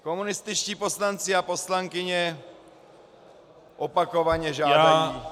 Komunističtí poslanci a poslankyně opakovaně žádají